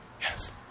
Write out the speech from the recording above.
Yes